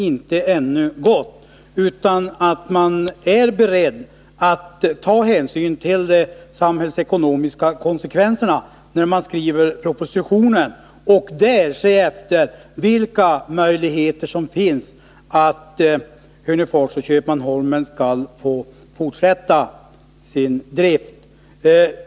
Regeringen är tydligen 173 beredd att ta hänsyn till de samhällsekonomiska konsekvenserna när man skriver propositionen och då se efter vilka möjligheter som finns för att Hörnefors och Köpmanholmen skall få fortsätta sin drift.